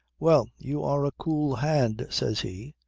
well, you are a cool hand, says he.